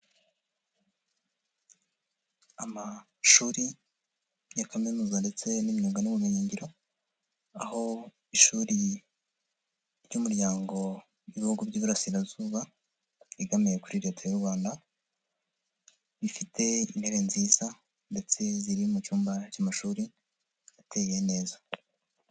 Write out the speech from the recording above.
Amashuri ya kaminuza ndetse n'imyuga n'ubumenyingiro aho ishuri ry'umuryango ry'ibihugu by'iburasirazuba ritegamiye kuri Leta y'u Rwanda, bifite inte nziza ndetse ziri mu cyumba cy'amashuri ateye neza.